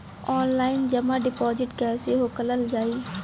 Online जमा deposit कैसे खोलल जाइ?